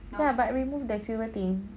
ya but remove the silver thing